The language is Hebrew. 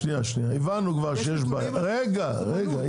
הבנו שיש בעיה, זה ברור.